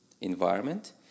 environment